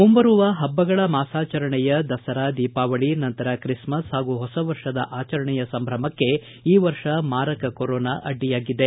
ಮುಂಬರುವ ಹಬ್ಬಗಳ ಮಾಸಾಚರಣೆಯ ದಸರಾ ದೀಪಾವಳಿ ನಂತರ ಕ್ರಿಸ್ಮಸ್ ಹಾಗೂ ಹೊಸ ವರ್ಷದ ಆಚರಣೆಯ ಸಂಭ್ರಮಕ್ಕೆ ಈ ವರ್ಷ ಮಾರಕ ಕೊರೋನಾ ಅಡ್ಡಿಯಾಗಿದೆ